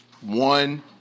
one